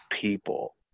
people